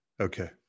Okay